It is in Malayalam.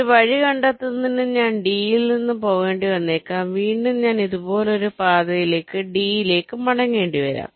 ഒരു വഴി കണ്ടെത്തുന്നതിന് ഞാൻ ഡിയിൽ നിന്ന് പോകേണ്ടിവന്നേക്കാം വീണ്ടും ഞാൻ ഇതുപോലൊരു പാതയിലേക്ക് ഡിയിലേക്ക് മടങ്ങേണ്ടിവരാം